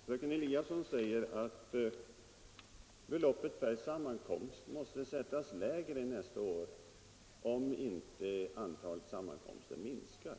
Herr talman! Fröken Eliasson säger att beloppet per sammankomst måste sättas lägre nästa år, om inte antalet sammankomster minskar.